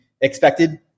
expected